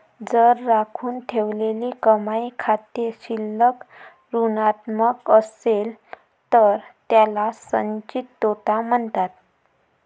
जर राखून ठेवलेली कमाई खाते शिल्लक ऋणात्मक असेल तर त्याला संचित तोटा म्हणतात